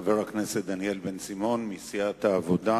חבר הכנסת דניאל בן-סימון מסיעת העבודה.